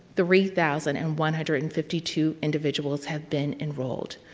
three thousand and one hundred and fifty two individuals have been enrolled,